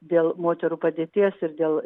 dėl moterų padėties ir dėl